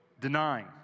Denying